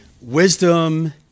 Wisdom